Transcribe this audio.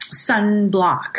sunblock